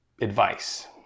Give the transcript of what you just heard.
advice